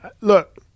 look